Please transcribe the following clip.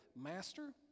Master